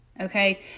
okay